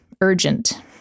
urgent